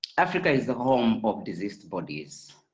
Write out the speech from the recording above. africa is the home of diseased bodies.